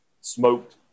Smoked